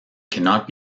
cannot